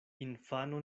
infano